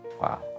Wow